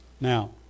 Now